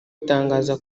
itangaza